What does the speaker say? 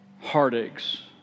Heartaches